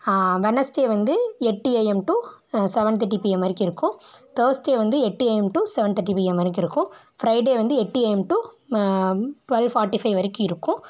Wednesday வந்து எட்டு AM to seven தேட்டி பிஎம் வரைக்கும் இருக்கும் தேர்ஸ்டே வந்து எட்டு ஏஎம் டு சவன் தேட்டி பிஎம் வரைக்கும் இருக்கும் ஃப்ரைடே வந்து எட்டு AM to twelve forty five வரைக்கும் இருக்கும்